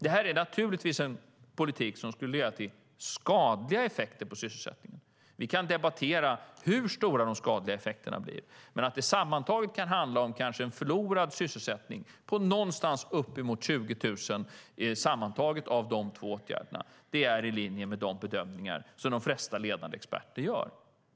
Det här är naturligtvis en politik som skulle leda till skadliga effekter på sysselsättningen Vi kan debattera hur stora de skadliga effekterna blir, men att det sammantaget kan handla om en förlorad sysselsättning på någonstans uppemot 20 000 sammantaget av de två åtgärderna är i linje med de bedömningar som de flesta ledande experter gör.